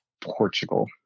Portugal